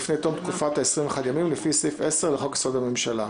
לפני תום תקופת 21 הימים לפי סעיף 10 לחוק-יסוד: הממשלה,